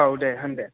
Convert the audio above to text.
औ दे होन दे